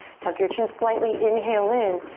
tuck your chest slightly, inhale in.